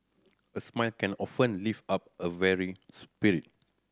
a smile can often lift up a weary spirit